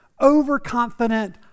overconfident